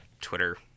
Twitter